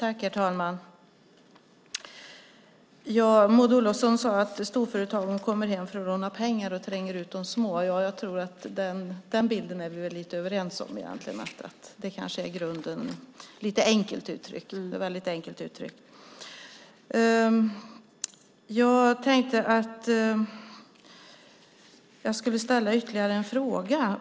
Herr talman! Maud Olofsson sade att storföretagen kommer hem för att låna pengar och tränger ut de små. Den bilden är vi nog överens om, även om det i grunden är lite för enkelt uttryckt. Jag tänkte ställa ytterligare en fråga.